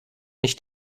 nicht